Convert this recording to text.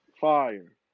fire